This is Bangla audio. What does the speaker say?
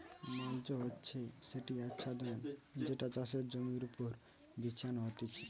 মাল্চ হচ্ছে সেটি আচ্ছাদন যেটা চাষের জমির ওপর বিছানো হতিছে